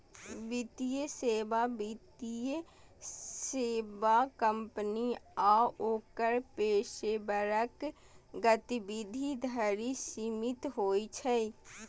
वित्तीय सेवा वित्तीय सेवा कंपनी आ ओकर पेशेवरक गतिविधि धरि सीमित होइ छै